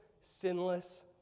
sinless